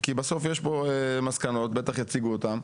כי בסוף יש פה מסקנות, בטח יציגו אותם.